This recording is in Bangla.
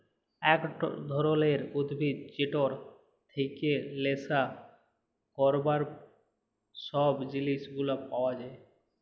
একট ধরলের উদ্ভিদ যেটর থেক্যে লেসা ক্যরবার সব জিলিস গুলা পাওয়া যায়